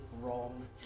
wrong